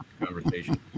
conversation